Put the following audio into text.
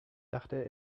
dachte